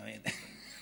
אתה מבין?